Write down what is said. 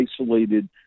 isolated